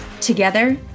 Together